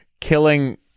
killing